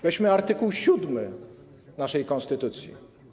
Weźmy art. 7 naszej konstytucji.